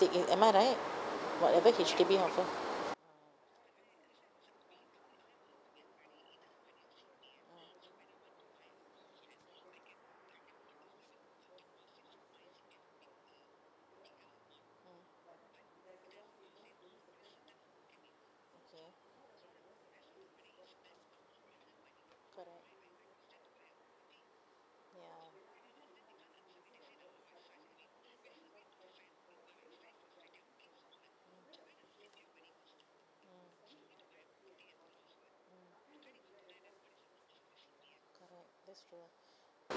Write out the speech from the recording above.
take it am I right whatever H_D_B offer